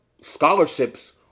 scholarships